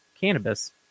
cannabis